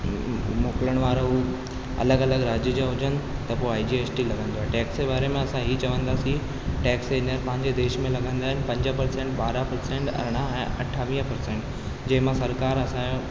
मोकिलण वारा हू अलॻि अलॻि राज्य जा हुजनि त पोइ आई जी एस टी लॻंदो आहे टैक्स जे बारे में असां हीउ चवंदासीं टैक्स इन पंहिंजे देश में लॻंदा आहिनि पंज पर्सेंट ॿारहां पर्सेंट अरिड़हां ऐं अठावीह पर्सेंट जंहिंमा सरकार असांजा